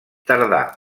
tardà